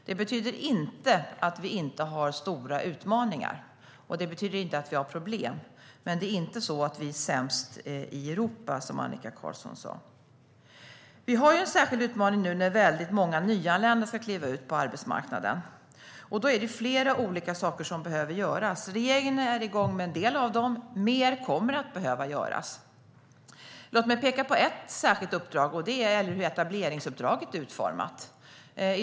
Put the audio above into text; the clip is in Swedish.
Det betyder inte att vi inte har stora utmaningar, och det betyder inte att vi inte har problem. Men det är inte så att vi är sämst i Europa, som Annika Qarlsson sa. Vi har en särskild utmaning nu när väldigt många nyanlända ska kliva ut på arbetsmarknaden. Det är flera olika saker som behöver göras. Regeringen är igång med en del av dem, och mer kommer att behöva göras. Låt mig peka på ett särskilt uppdrag. Det gäller hur etableringsuppdraget är utformat.